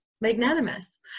magnanimous